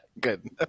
Good